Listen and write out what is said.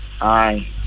Aye